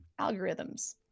algorithms